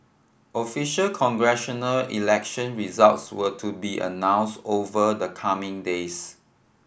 official congressional election results were to be announce over the coming days